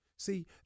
See